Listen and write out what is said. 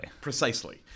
Precisely